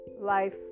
life